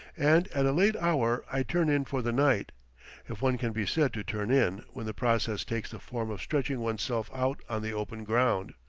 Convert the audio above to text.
and at a late hour i turn in for the night if one can be said to turn in, when the process takes the form of stretching one's self out on the open ground.